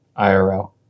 IRL